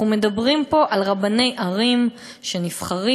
אנחנו מדברים פה על רבני ערים שנבחרים,